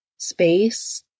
Space